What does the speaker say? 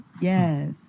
Yes